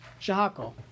shahako